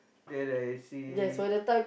then I see